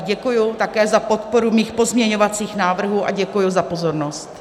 Děkuji také za podporu mých pozměňovacích návrhů a děkuji za pozornost.